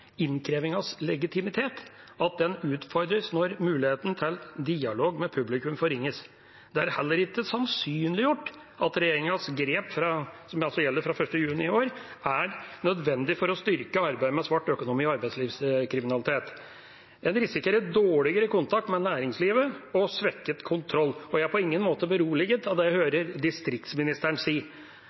legitimitet, og at den utfordres når muligheten til dialog med publikum forringes. Det er heller ikke sannsynliggjort at regjeringas grep, som altså gjelder fra 1. juni i år, er nødvendig for å styrke arbeidet mot svart økonomi og arbeidslivskriminalitet. En risikerer dårligere kontakt med næringslivet og svekket kontroll. Jeg er på ingen måte beroliget av det jeg hører distriktsministeren si,